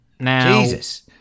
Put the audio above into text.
Jesus